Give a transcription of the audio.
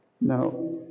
Now